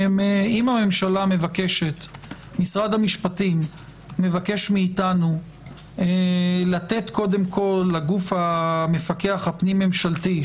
אם משרד המשפטים מבקש מאתנו לתת קודם כל לגוף המפקח הפנים-ממשלתי,